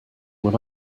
when